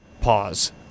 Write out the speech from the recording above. pause